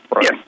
Yes